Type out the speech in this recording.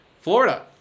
Florida